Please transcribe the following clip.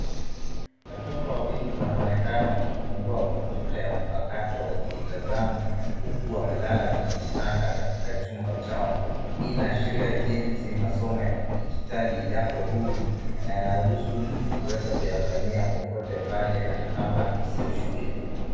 Watoto wawili wanaonekana wakifungua kompyuta ya mpakato wakitazama huku wamelala kwenye kitanda katika chumba chao. Hii inaashiria jinsi masomo ya kidijitali yako huru na yanaruhusu mtu kuweza kuyafanyia popote pale hata kana sio shule.